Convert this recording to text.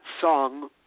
song